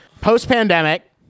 Post-pandemic